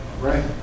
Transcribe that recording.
Right